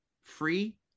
Free